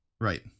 Right